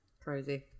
crazy